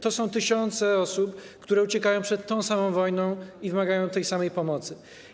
To są tysiące osób, które uciekają przed tą samą wojną i wymagają tej samej pomocy.